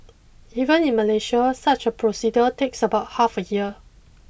even in Malaysia such a procedure takes about half a year